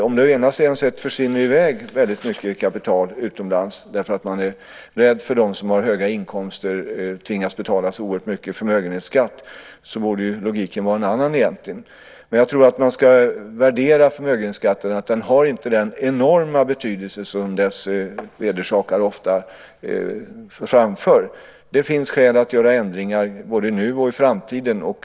Om det nu försvinner väldigt mycket kapital utomlands därför att man är rädd för att de som har höga inkomster tvingas betala så oerhört mycket i förmögenhetsskatt borde logiken egentligen vara en annan. Jag tror att man ska värdera förmögenhetsskatten på det sättet att den inte har den enorma betydelse som dess vedersakare ofta framför. Det finns skäl att göra ändringar både nu och i framtiden.